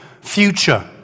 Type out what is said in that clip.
future